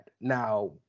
Now